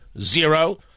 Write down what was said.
Zero